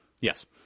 yes